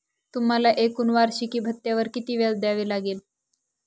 तुम्हाला एकूण वार्षिकी भत्त्यावर किती व्याज द्यावे लागले